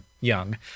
young